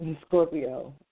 Scorpio